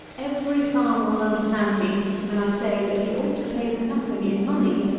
every farmer will understand me when i say, that he ought to pay for nothing in money,